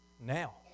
now